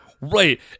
right